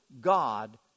God